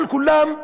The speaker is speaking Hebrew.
כל-כולן,